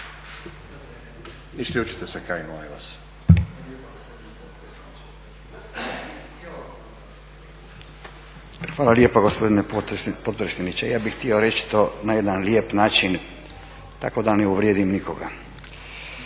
Hvala lijepa gospodine potpredsjedniče. Ja bih htio reći to na jedan lijep način tako da ne uvrijedim nikoga.